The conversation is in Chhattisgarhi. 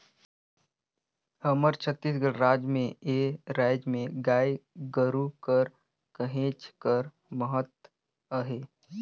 हमर छत्तीसगढ़ राज में ए राएज में गाय गरू कर कहेच कर महत अहे